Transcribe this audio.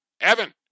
Evan